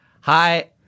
Hi